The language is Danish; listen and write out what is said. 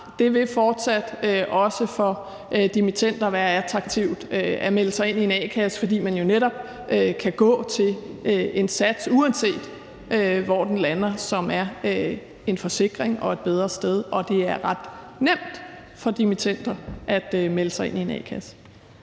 Det vil fortsat også for dimittender være attraktivt at melde sig ind i en a-kasse, fordi man jo netop kan få en sats, uanset hvor den lander, som er en forsikring og gør, at man er et bedre sted, og det er ret nemt for dimittender at melde sig ind i en a-kasse.